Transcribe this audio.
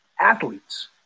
Athletes